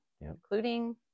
including